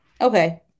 Okay